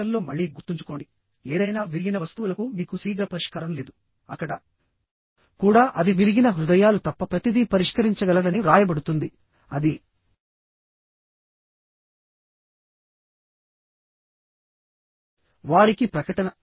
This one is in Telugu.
జీవితంలో మళ్ళీ గుర్తుంచుకోండి ఏదైనా విరిగిన వస్తువులకు మీకు శీఘ్ర పరిష్కారం లేదు అక్కడ కూడా అది విరిగిన హృదయాలు తప్ప ప్రతిదీ పరిష్కరించగలదని వ్రాయబడుతుంది అది వారికి ప్రకటన